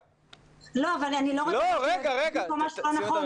לא אבל אני לא --- משהו לא נכון,